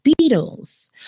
Beatles